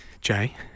Jay